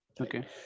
okay